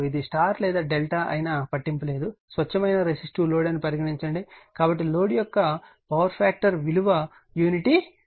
ఇది Y లేదా Δ అయినా పట్టింపు లేదు స్వచ్ఛమైన రెసిస్టివ్ లోడ్ అని పరిగణించండి కాబట్టి లోడ్ యొక్క పవర్ ఫ్యాక్టర్ విలువ యూనిటీ అవుతుంది